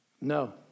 No